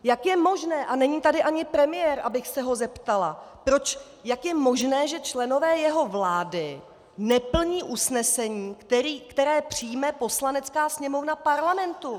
Jak je možné a není tady ani premiér, abych se ho zeptala, jak je možné, že členové jeho vlády neplní usnesení, které přijme Poslanecká sněmovna Parlamentu?